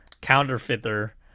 counterfeiter